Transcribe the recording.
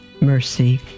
mercy